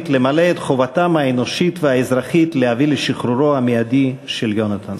למלא את חובתם האנושית והאזרחית להביא לשחרורו המיידי של יונתן.